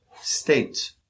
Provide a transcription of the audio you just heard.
state